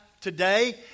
today